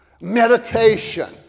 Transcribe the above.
Meditation